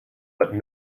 but